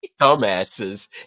dumbasses